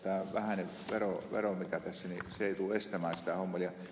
tämä vähäinen vero mikä tässä on ei tule estämään sitä hommelia